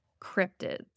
cryptids